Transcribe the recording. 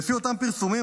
לפי אותם פרסומים,